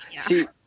See